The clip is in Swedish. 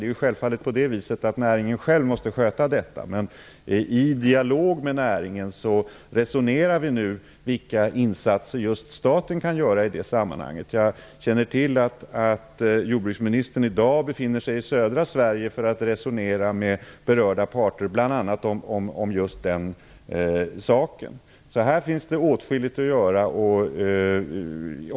Det är självfallet så att näringen själv måste sköta detta. I dialog med näringen resonerar vi nu om vilka insatser staten kan göra i det sammanhanget. Jag känner till att jordbruksministern i dag befinner sig i södra Sverige för att resonera med berörda parter bl.a. om just den saken. Här finns åtskilligt att göra.